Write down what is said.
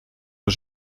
aux